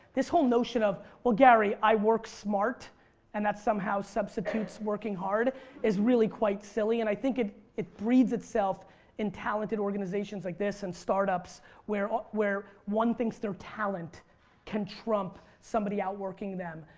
this whole notion of well gary i work smart and that somehow substitutes working hard is really quite silly. and i think it it breeds itself in talented organizations like this, and startups where ah where one thinks their talent can trump somebody outworking them.